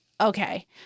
okay